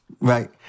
Right